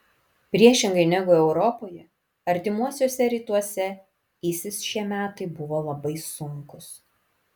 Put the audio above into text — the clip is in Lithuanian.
priešingai negu europoje artimuosiuose rytuose isis šie metai buvo labai sunkūs